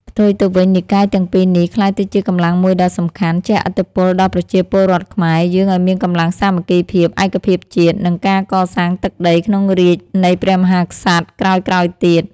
ផ្ទុយទៅវិញ និកាយទាំងពីរនេះក្លាយទៅជាកម្លាំងមួយដ៏សំខាន់ ជះឥទ្ធិពលដល់ប្រជាពលរដ្ឋខ្មែរ យើងឱ្យមានកម្លាំងសាមគ្គីភាពឯកភាពជាតិ និងការកសាងទឹកដីក្នុងរាជ្យនៃព្រះមហាក្សត្រក្រោយៗទៀត។